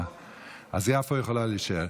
אז יפו יכולה להישאר.